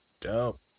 Dope